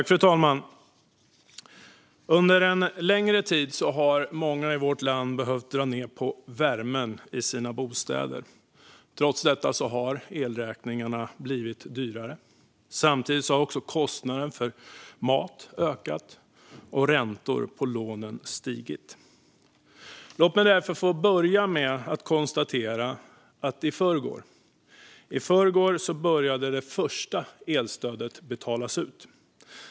Fru talman! Under en längre tid har många i vårt land behövt dra ned på värmen i sina bostäder. Trots detta har elräkningarna blivit dyrare. Samtidigt har kostnaden för maten ökat och räntorna på lånen stigit. Låt mig därför börja med att konstatera att i förrgår började det första elstödet betalas ut.